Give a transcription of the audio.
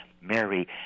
Mary